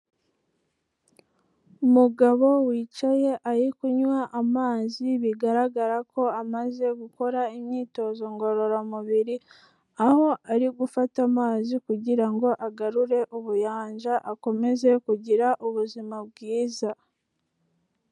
Umugabo wicaye ari kunywa amazi, bigaragara ko amaze gukora imyitozo ngororamubiri, aho ari gufata amazi kugira ngo agarure ubuyanja akomeze kugira ubuzima bwiza.